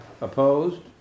Opposed